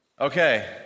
Okay